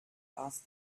asked